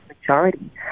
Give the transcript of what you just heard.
majority